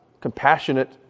compassionate